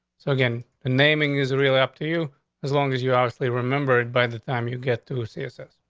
so again, the naming israel up to you as long as you obviously remembered by the time you get to css.